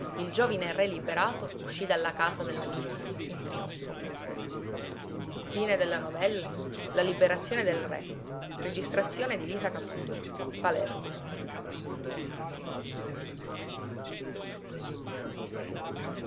il giovine re liberato uscì dalla casa della michis in trionfo motivo di maraviglia e anche d'invidia in